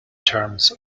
terms